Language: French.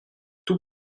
tout